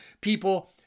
people